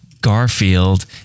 Garfield